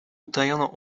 utajoną